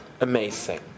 amazing